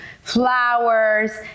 flowers